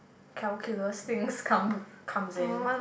calculus things come comes in